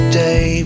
day